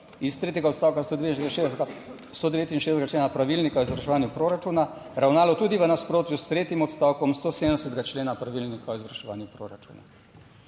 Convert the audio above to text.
iz tretjega odstavka 169. člena pravilnika o izvrševanju proračuna, ravnalo tudi v nasprotju s tretjim odstavkom 170. člena Pravilnika o izvrševanju proračuna."